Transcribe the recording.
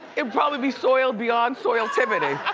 it'd probably be soiled beyond soiltivity.